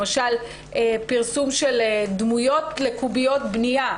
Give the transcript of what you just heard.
למשל: פרסום של דמויות לקוביות בנייה.